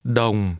đồng